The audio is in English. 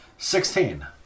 Sixteen